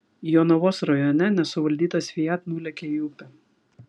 jonavos rajone nesuvaldytas fiat nulėkė į upę